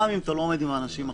גם אם אתה לא עומד עם אנשים אחרים.